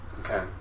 okay